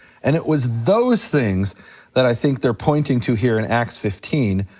and it was those things that i think they're pointing to here in acts fifteen,